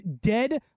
dead